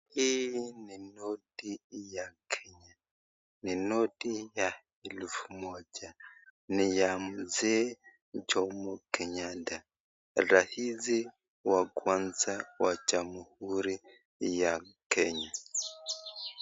Hii ni noti ya Kenya, ni noti ya elfu moja ni ya Mzee Jomo Kenyatta raisi wa kwanza wa jamhuri ya Kenya.